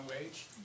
wage